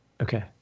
Okay